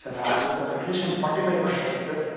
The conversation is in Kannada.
ಸರ್ ಆದರು ಸರ್ ಅಟ್ ಲೀಸ್ಟ್ ಒಂದು ಫಾರ್ಟಿ ಫೈವ್ ಮಾಡ್ಕೊಳ್ಳಿ ಸರ್